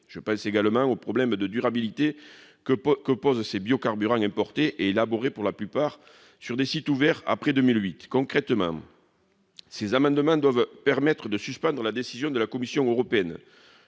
Je pense également aux problèmes de durabilité que posent ces biocarburants importés et élaborés pour la plupart sur des sites ouverts après 2008. Concrètement, ces amendements doivent permettre de suspendre la décision de la Commission européenne